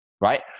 right